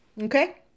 Okay